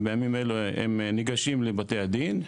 ובימים אלו הם ניגשים לבתי הדין.